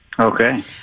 Okay